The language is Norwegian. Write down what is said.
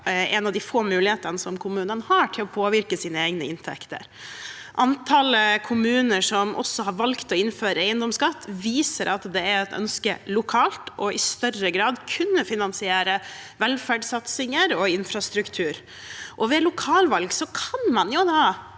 en av de få mulighetene kommunene har til å påvirke sine egne inntekter. Antallet kommuner som også har valgt å innføre eiendomsskatt, viser at det er et ønske lokalt i større grad å kunne finansiere velferdssatsinger og infrastruktur. Ved lokalvalg kan man i en